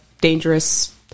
dangerous